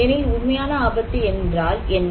எனில் உண்மையான ஆபத்து என்றால் என்ன